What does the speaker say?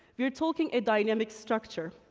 we are talking a dynamic structure.